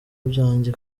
byanjye